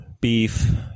beef